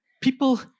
people